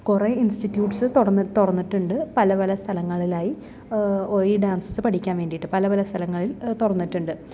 കുറെ ഇൻസ്റ്റിറ്റ്യൂട്ട്സ് തുറന്ന് തുറന്നിട്ടുണ്ട് പല പല സ്ഥലങ്ങളിലായി ഒരേ ഡാൻസസ് പഠിക്കാൻ വേണ്ടിയിട്ട് പല പല സ്ഥലങ്ങളിൽ തുറന്നിട്ടുണ്ട്